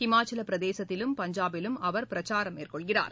இமாச்சல பிரதேசம் பஞ்சாபிலும் பிரதமர் பிரச்சாரம் மேற்கொள்கிறார்